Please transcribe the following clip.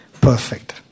perfect